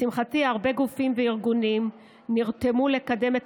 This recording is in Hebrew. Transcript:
לשמחתי הרבה גופים וארגונים נרתמו לקדם את